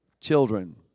children